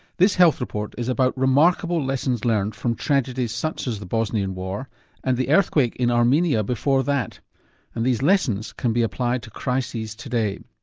this health report is about remarkable lessons learned from tragedies such as the bosnian war and the earthquake in armenia before that, and these lessons can be applied to crises today.